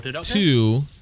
two